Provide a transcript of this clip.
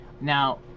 Now